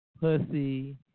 pussy